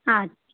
হ্যাঁ